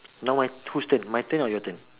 now my whose turn my turn or your turn